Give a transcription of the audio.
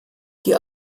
die